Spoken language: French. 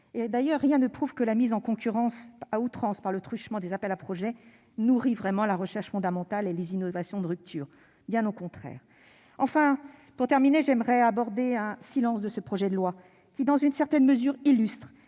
D'ailleurs, rien ne prouve que la mise en concurrence à outrance par le truchement des appels à projets nourrisse véritablement la recherche fondamentale et les innovations de rupture, bien au contraire ... Enfin, j'aimerais aborder un « silence » de ce projet de loi qui, dans une certaine mesure, illustre